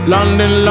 London